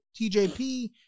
TJP